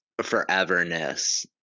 foreverness